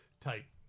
type